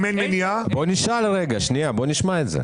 בואו נשמע את זה.